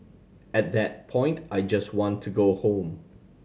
at that point I just want to go home